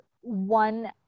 one